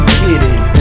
kidding